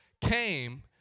came